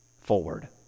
forward